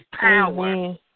power